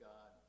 God